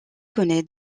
connait